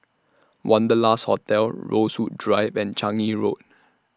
Wanderlust Hotel Rosewood Drive and Changi Road